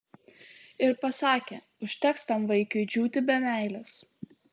ir pasakė užteks tam vaikiui džiūti be meilės